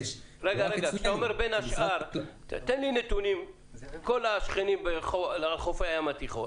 כאשר אתה אומר "בין השאר" תן לי נתונים מכל השכנים לחוף הים התיכון.